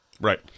Right